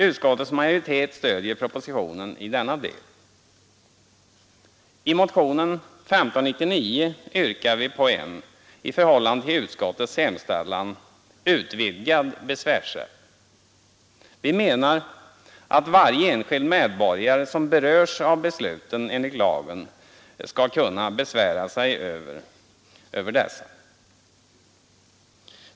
Utskottets majoritet stöder propositionen i denna del. I motionen 1599 yrkar vi på en, i förhållande till utskottets hemställan, utvidgad besvärsrätt. Vi menar att varje enskild medborgare som berörs av besluten enligt lagen skall kunna besvära sig över dessa.